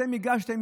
אתם הגשתם,